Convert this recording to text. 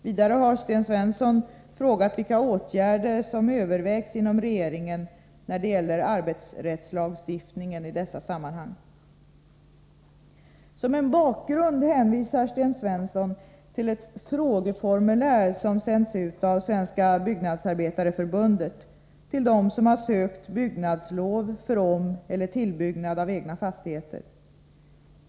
Vidare har Sten Svensson frågat vilka åtgärder som övervägs inom regeringen när det gäller arbetsrättslagstiftningen i dessa sammanhang. Som en bakgrund hänvisar Sten Svensson till ett frågeformulär som sänds ut av Svenska byggnadsarbetareförbundet till dem som har sökt byggnadslov för omeller tillbyggnad av egna fastigheter.